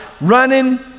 running